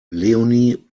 leonie